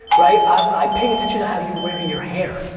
right? i'm paying attention to how you're wearing your hair.